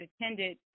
attended